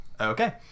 Okay